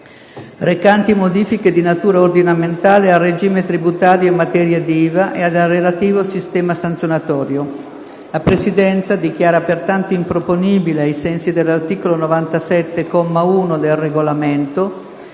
recanti modifiche di natura ordinamentale al regime tributario in materia di IVA ed al relativo sistema sanzionatorio. La Presidenza dichiara pertanto improponibili, ai sensi dell'articolo 97, comma 1, del Regolamento,